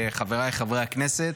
חבריי חברי הכנסת,